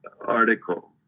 article